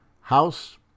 house